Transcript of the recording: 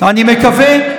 אני מקווה,